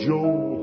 Joe